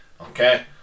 Okay